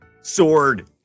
Sword